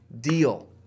deal